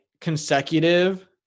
consecutive